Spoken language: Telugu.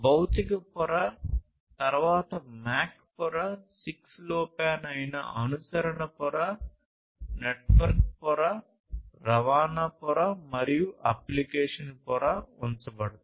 భౌతిక పొర తరువాత MAC పొర 6LoWPAN అయిన అనుసరణ పొర ఉంచబడతాయి